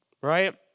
right